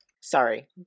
sorry